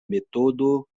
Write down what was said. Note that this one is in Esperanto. metodo